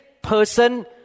person